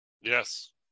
Yes